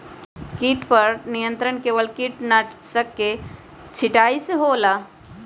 किट पर नियंत्रण केवल किटनाशक के छिंगहाई से होल?